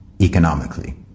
economically